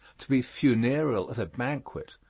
to be funereal at a banquet,